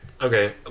okay